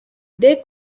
they